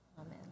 Amen